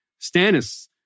Stannis